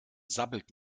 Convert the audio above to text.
sabbelt